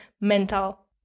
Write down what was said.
mental